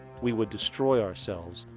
we would destroy ourselves,